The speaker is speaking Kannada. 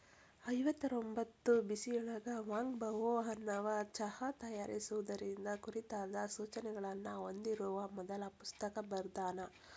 ಐವತ್ತರೊಂಭತ್ತು ಬಿಸಿಯೊಳಗ ವಾಂಗ್ ಬಾವೋ ಅನ್ನವಾ ಚಹಾ ತಯಾರಿಸುವುದರ ಕುರಿತಾದ ಸೂಚನೆಗಳನ್ನ ಹೊಂದಿರುವ ಮೊದಲ ಪುಸ್ತಕ ಬರ್ದಾನ